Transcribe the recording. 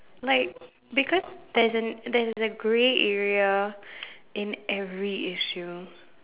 like because there's a there's a grey area in every issue